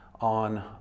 on